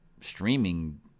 streaming